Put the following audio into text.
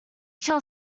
shall